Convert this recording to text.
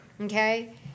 Okay